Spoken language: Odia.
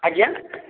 ଆଜ୍ଞା